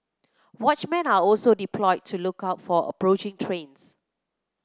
watchmen are also deployed to look out for approaching trains